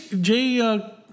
Jay